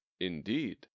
indeed